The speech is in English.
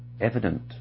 evident